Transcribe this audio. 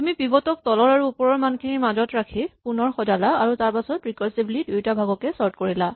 তুমি পিভট ক তলৰ আৰু ওপৰৰ মানখিনিৰ মাজত ৰাখি পুণৰ সজালা আৰু তাৰপাছত ৰিকাৰছিভলী দুয়োটা ভাগকে চৰ্ট কৰিলা